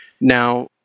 Now